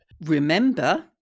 Remember